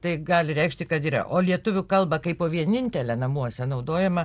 tai gali reikšti kad yra o lietuvių kalbą kaipo vienintelę namuose naudojama